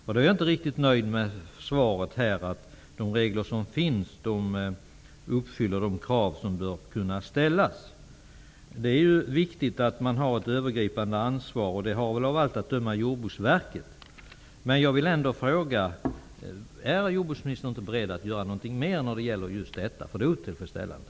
Jag är inte riktigt nöjd med svaret att de regler som finns uppfyller de krav som bör kunna ställas. Det är viktigt att ha ett övergripande ansvar. Det har i allt att döma Jordbruksverket. Är inte jordbruksministern beredd att göra något mer? Situationen är otillfredsställande.